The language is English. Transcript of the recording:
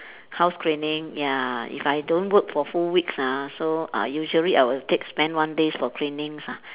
house cleaning ya if I don't work for full weeks ah so uh usually I will take spend one days for cleanings ah